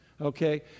okay